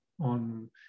on